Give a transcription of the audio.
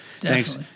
Thanks